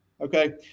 Okay